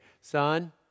son